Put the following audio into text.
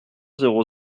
zéro